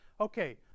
Okay